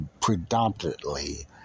predominantly